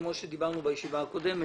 כמו שדיברנו בישיבה הקודמת,